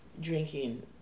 drinking